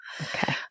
Okay